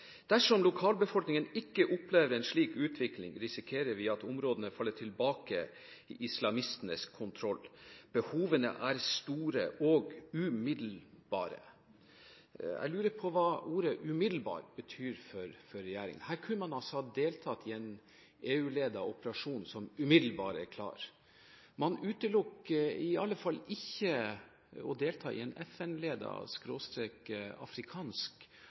islamistenes kontroll. Behovene er store og umiddelbare». Jeg lurer på hva ordet «umiddelbar» betyr for regjeringen. Her kunne man ha deltatt i en EU-ledet operasjon som umiddelbart er klar. Man utelukker i alle fall ikke å delta i en